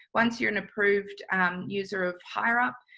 once you're an approved user of hireup,